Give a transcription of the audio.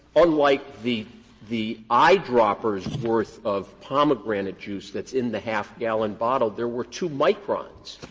unlike the the eyedropper's worth of pomegranate juice that's in the half-gallon bottle, there were two microns.